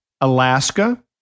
Alaska